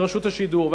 ברשות השידור.